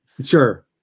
Sure